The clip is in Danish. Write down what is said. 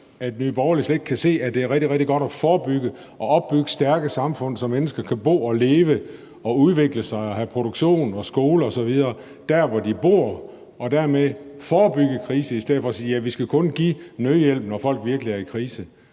at Nye Borgerlige slet ikke kan se, at det er rigtig, rigtig godt at forebygge sådan noget og opbygge stærke samfund, så mennesker kan bo, leve, udvikle sig og have produktion og skoler osv. der, hvor de bor, så man dermed forebygger kriser i stedet for at sige, at vi kun skal give nødhjælp, når folk virkelig er i krise?